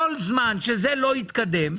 כל זמן שזה לא יתקדם,